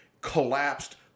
collapsed